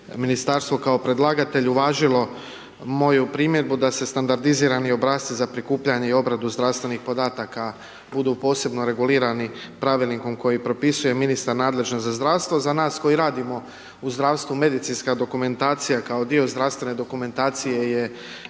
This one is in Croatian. ministarstvo kao predlagatelj uvažilo moju primjedbu da se standardizirani obrasci za prikupljanje i obradu zdravstvenih podataka budu posebno regulirani pravilnikom koji propisuje ministar nadležan za zdravstvo. Za nas koji radimo u zdravstvu, medicinska dokumentacija kao dio zdravstvene dokumentacije je